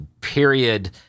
period